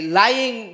lying